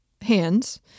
hands